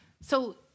So-